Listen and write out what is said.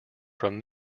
from